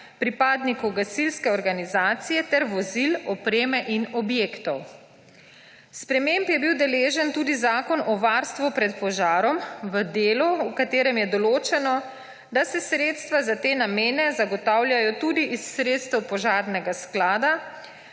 pripadnikov gasilske organizacije ter vozil, opreme in objektov. Sprememb je bil deležen tudi Zakon o varstvu pred požarom v delu, v katerem je določeno, da se sredstva za te namene zagotavljajo tudi iz sredstev Požarnega sklada,